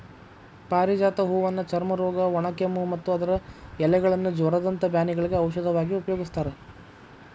ಪಾರಿಜಾತ ಹೂವನ್ನ ಚರ್ಮರೋಗ, ಒಣಕೆಮ್ಮು, ಮತ್ತ ಅದರ ಎಲೆಗಳನ್ನ ಜ್ವರದಂತ ಬ್ಯಾನಿಗಳಿಗೆ ಔಷಧವಾಗಿ ಉಪಯೋಗಸ್ತಾರ